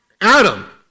Adam